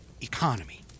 economy